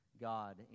God